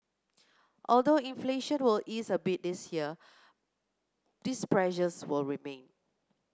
although inflation will ease a bit this year these pressures will remain